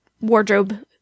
wardrobe